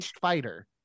fighter